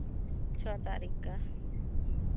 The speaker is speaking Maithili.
छओ तारीखकेँ